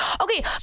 Okay